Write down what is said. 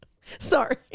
Sorry